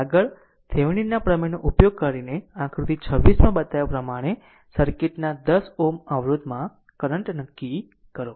આગળ થીવેનિનના પ્રમેયનો ઉપયોગ કરીને આકૃતિ 36 માં બતાવ્યા પ્રમાણે સર્કિટના 10 Ω અવરોધમાં કરંટ નક્કી કરો